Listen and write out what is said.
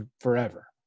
forever